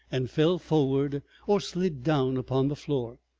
and fell forward or slid down upon the floor.